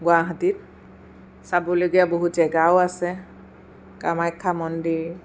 গুৱাহাটীত চাবলগীয়া বহুত জেগাও আছে কামাখ্যা মন্দিৰ